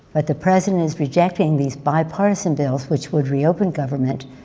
but the president is rejecting these bipartisan bills, which would reopen government,